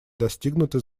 достигнуты